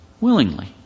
willingly